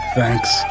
Thanks